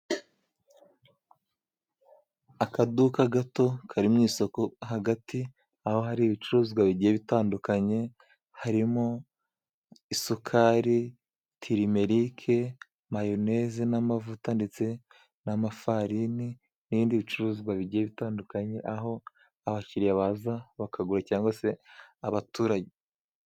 Akaduka gato kari mu isoko hagati, aho hari ibicuruzwa bigiye bitandukanye harimo, isukari, tirimerike, mayoneze n'amavuta ndetse n'amafarini, n'ibindi bicuruzwa bitandukanye, aho abakiriya baza bakagura cyangwa se abaturage.